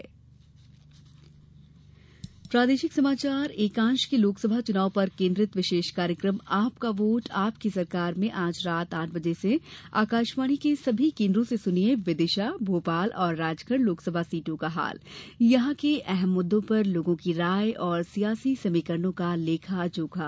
विशेष कार्यक्रम प्रादेशिक समाचार एकांश के लोकसभा चुनाव पर केन्द्रित विशेष कार्यक्रम आपका वोट आपकी सरकार में आज रात आठ बजे से आकाशवाणी के सभी केन्द्रों से सुनिए विदिशा भोपाल और राजगढ़ लोकसभा सीटों का हाल यहां के अहम मुददों पर लोगों की राय और सियासी समीकरणों का लेखा जोखा